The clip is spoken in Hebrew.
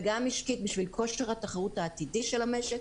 וגם משקית בשביל כושר התחרות העתידי של המשק